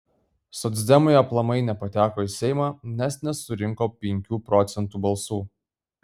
socdemai aplamai nepateko į seimą nes nesurinko penkių procentų balsų